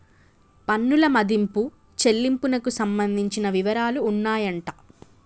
పన్నుల మదింపు చెల్లింపునకు సంబంధించిన వివరాలు ఉన్నాయంట